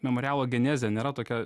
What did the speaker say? memorialo genezė nėra tokia